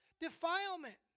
defilement